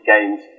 games